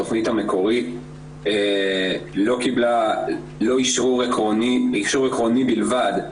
התכנית המקורית קיבלה אישור עקרוני בלבד,